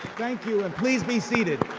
thank you, and please be seated.